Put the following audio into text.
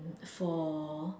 for